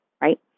right